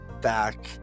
back